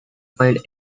find